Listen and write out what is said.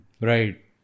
Right